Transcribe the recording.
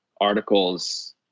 articles